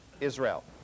Israel